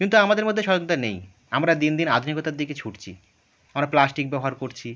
কিন্তু আমাদের মধ্যে নেই আমরা দিন দিন আধুনিকতার দিকে ছুটছি আমরা প্লাস্টিক ব্যবহার করছি